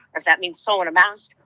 or if that means sewing a mask,